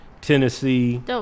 Tennessee